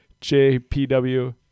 JPW